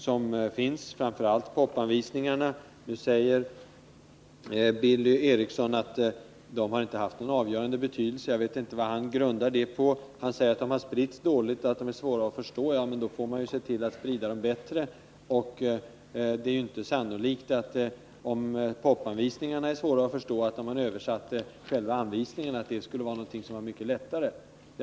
Det gäller framför allt pop-anvisningarna. Nu säger Billy Eriksson att de inte har haft någon avgörande betydelse. Jag vet inte vad han grundar den uppfattningen på. Han säger att de har spritts dåligt och att de är svåra att förstå. Ja, men då får man se till att sprida dem bättre. Och om pop-anvisningarna är svåra att förstå, är det ju inte sannolikt att det skulle bli mycket lättare om man översatte själva anvisningarna.